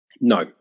No